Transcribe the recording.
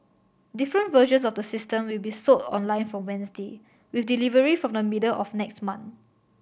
different versions of the system will be sold online from Wednesday with delivery from the middle of next month